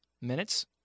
minutes